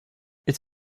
its